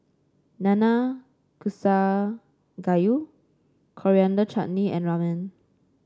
Nanakusa Gayu Coriander Chutney and Ramen